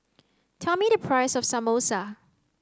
tell me the price of Samosa